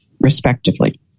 respectively